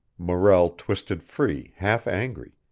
morrell twisted free, half angry.